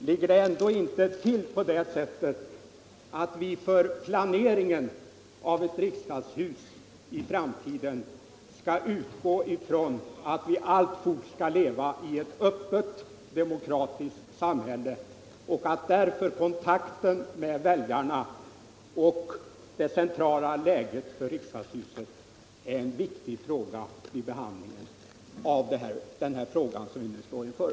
Ligger det ändå inte till på det sättet att vi för planeringen av ett framtida riksdagshus skall utgå ifrån att vi alltfort skall leva i ett öppet demokratiskt samhälle och att därför kontakten med väljarna och det centrala läget för riksdagshuset är viktiga faktorer vid behandlingen av den fråga som vi nu står inför?